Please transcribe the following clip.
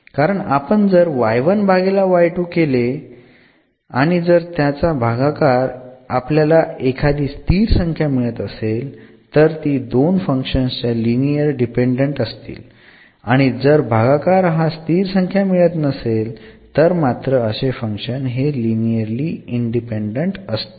कारण आपण जर भागेला केले आणि जर त्यांचा भागाकार आपल्याला एखादी स्थिर संख्या मिळत असेल तर ती दोन फंक्शन्स लिनिअरली डिपेंडेंट असतील आणि जर भागाकार हा स्थिर संख्या मिळत नसेल तर मात्र असे फंक्शन्स हे लिनिअरली इंडिपेंडंट असतील